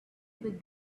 with